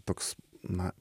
toks na